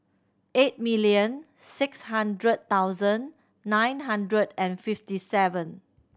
eight million six hundred thousand nine hundred and fifty seven